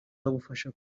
agufasha